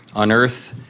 on earth,